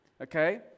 okay